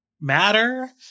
matter